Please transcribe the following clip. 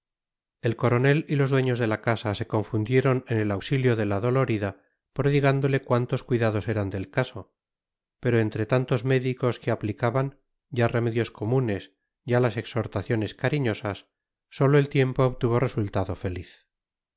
el coronel y los dueños de la casa se confundieron en el auxilio de la dolorida prodigándole cuantos cuidados eran del caso pero entre tantos médicos que aplicaban ya remedios comunes ya las exhortaciones cariñosas sólo el tiempo obtuvo resultado feliz